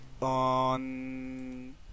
on